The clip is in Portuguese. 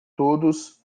todos